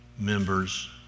members